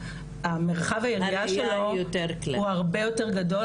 שמרחב היריעה שלו הוא הרבה יותר גדול,